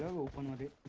opening the